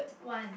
one